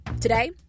Today